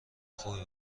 خوبی